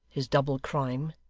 his double crime,